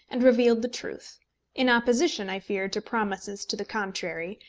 and revealed the truth in opposition, i fear, to promises to the contrary,